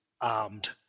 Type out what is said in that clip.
armed